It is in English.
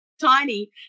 tiny